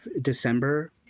December